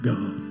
God